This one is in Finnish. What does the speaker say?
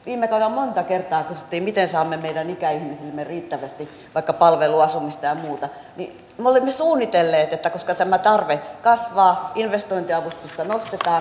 viime kaudella monta kertaa kysyttiin miten saamme meidän ikäihmisillemme riittävästi vaikka palveluasumista ja muuta ja me suunnittelimme että koska tämä tarve kasvaa investointiavustusta nostetaan